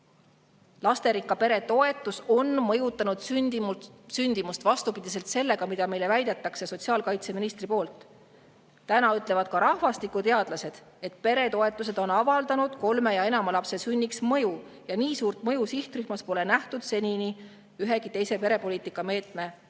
Lasterikka pere toetus on mõjutanud sündimust, vastupidiselt sellele, mida meile väidetakse sotsiaalkaitseministri poolt. Täna ütlevad ka rahvastikuteadlased, et peretoetused on avaldanud kolme ja enama lapse sünniks mõju ja nii suurt mõju sihtrühmas pole nähtud senini ühegi teise perepoliitika meetme puhul.